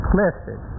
listed